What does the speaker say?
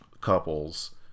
couples